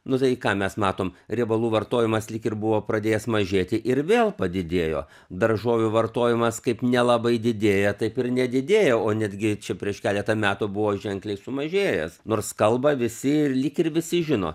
nu tai ką mes matom riebalų vartojimas lyg ir buvo pradėjęs mažėti ir vėl padidėjo daržovių vartojimas kaip nelabai didėja taip ir nedidėjo o netgi čia prieš keletą metų buvo ženkliai sumažėjęs nors kalba visi lyg ir visi žino